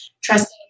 Trusting